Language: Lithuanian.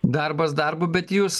darbas darbu bet jūs